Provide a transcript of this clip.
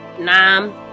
Nam